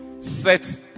set